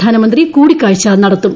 പ്രധാനമന്ത്രി കൂടിക്കാഴ്ച നടത്തും